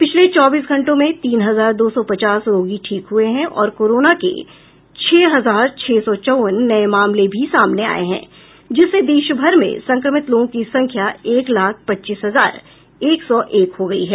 पिछले चौबीस घंटों में तीन हजार दो सौ पचास रोगी ठीक हुए हैं और कोरोना के छह हजार छह सौ चौवन नये मामले भी सामने आये हैं जिससे देश भर में संक्रमित लोगों की संख्या एक लाख पच्चीस हजार एक सौ एक हो गयी है